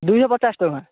ଦୁଇଶହ ପଚାଶ ଟଙ୍କା